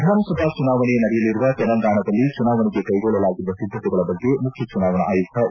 ವಿಧಾನಸಭಾ ಚುನಾವಣೆ ನಡೆಯಲಿರುವ ತೆಲಂಗಾಣದಲ್ಲಿ ಚುನಾವಣೆಗೆ ಕೈಗೊಳ್ಳಲಾಗಿರುವ ಸಿದ್ಧತೆಗಳ ಬಗ್ಗೆ ಮುಖ್ಯಚುನಾವಣಾ ಆಯುಕ್ತ ಒ